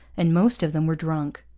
and most of them were drunk.